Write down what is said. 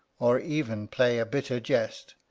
or even play a bitter jest,